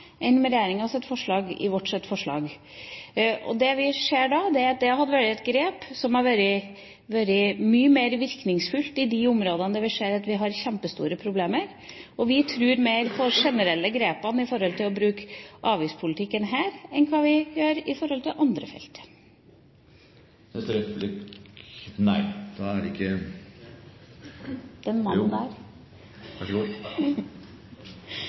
forslag enn regjeringen gjør i sitt. Det vi ser da, er at det hadde vært et grep som hadde vært mye mer virkningsfullt på de områdene der vi ser at vi har kjempestore problemer. Vi tror mer på de generelle grepene med hensyn til å bruke avgiftspolitikken her enn i forhold til andre felter. Da er det ikke flere replikanter – Det er én til. Vær så god